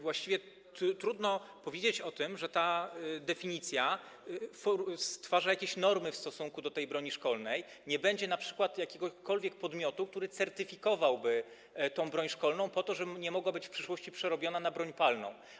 Właściwie trudno powiedzieć, że ta definicja stwarza jakieś normy w stosunku do broni szkolnej, nie będzie np. jakiegokolwiek podmiotu, który certyfikowałby broń szkolną, żeby nie mogła być w przyszłości przerobiona na broń palną.